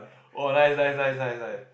oh nice nice nice nice nice